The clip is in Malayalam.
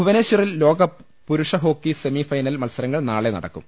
ഭുവനേശ്വറിൽ ലോകകപ്പ് പുരുഷ ഹോക്കി സെമി ഫൈനൽ മത്സ രങ്ങൾ നാളെ നടക്കും